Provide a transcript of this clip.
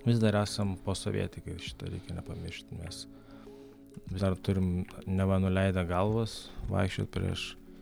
vis dar esam posovietikai šito reikia nepamiršti nes dar turim neva nuleidę galvas vaikščiot prieš